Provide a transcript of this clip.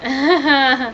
uh (huh)